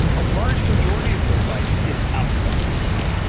a large majority of their life is outside of work.